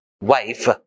wife